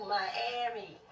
Miami